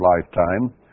lifetime